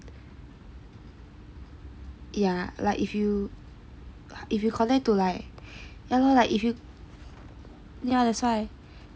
ya like if you if you connect to like ya lor like if you yeah that's why